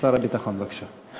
שר הביטחון, בבקשה.